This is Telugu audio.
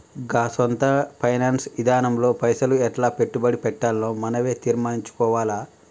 గా సొంత ఫైనాన్స్ ఇదానంలో పైసలు ఎట్లా పెట్టుబడి పెట్టాల్నో మనవే తీర్మనించుకోవాల